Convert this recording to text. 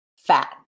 fat